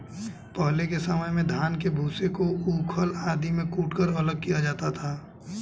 पहले के समय में धान के भूसे को ऊखल आदि में कूटकर अलग किया जाता था